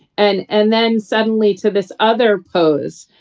and and then suddenly to this other pose.